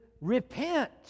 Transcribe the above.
repent